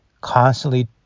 constantly